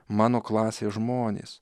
mano klasės žmonės